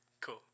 Cool